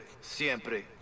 siempre